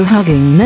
Hugging